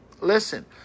listen